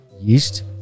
yeast